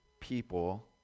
people